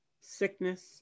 sickness